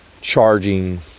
charging